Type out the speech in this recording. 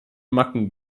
macken